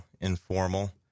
informal